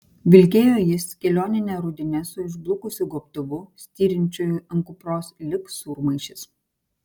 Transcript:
vilkėjo jis kelionine rudine su išblukusiu gobtuvu styrinčiu ant kupros lyg sūrmaišis